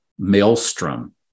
maelstrom